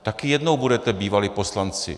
Taky jednou budete bývalí poslanci.